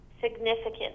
significant